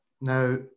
Now